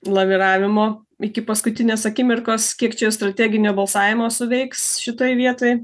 laviravimo iki paskutinės akimirkos kiek čia strateginio balsavimo suveiks šitoj vietoj